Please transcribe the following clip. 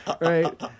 right